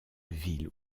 ville